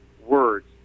words